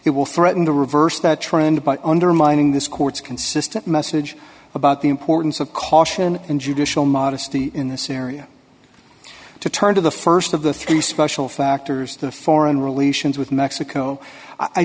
it will threaten the reverse that trend by undermining this court's consistent message about the importance of caution and judicial modesty in this area to turn to the st of the three special factors the foreign relations with mexico i